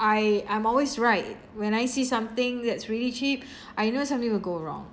I I'm always right when I see something that's really cheap I know something will go wrong